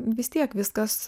vis tiek viskas